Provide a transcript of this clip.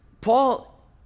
Paul